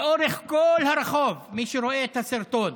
לאורך כל הרחוב, מי שרואה את הסרטון,